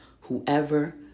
whoever